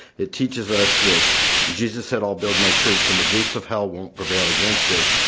it teaches us that jesus said, i'll build my church and the gates of hell won't prevail against it.